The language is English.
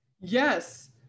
Yes